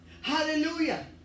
Hallelujah